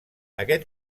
aquest